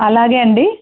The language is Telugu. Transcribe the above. అలాగే అండి